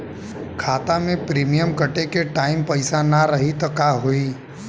खाता मे प्रीमियम कटे के टाइम पैसा ना रही त का होई?